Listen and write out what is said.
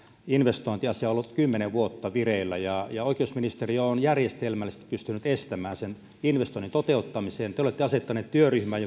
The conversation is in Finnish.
investointiasia on ollut kymmenen vuotta vireillä oikeusministeriö on järjestelmällisesti pystynyt estämään sen investoinnin toteuttamisen te te olette asettanut työryhmän